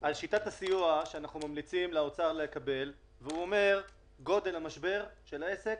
על שיטת הסיוע שאנחנו ממליצים לאוצר לקבל שאומר שגודל המשבר של העסק